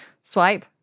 swipe